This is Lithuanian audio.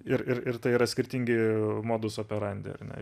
ir ir tai yra skirtingi madus operandi ar ne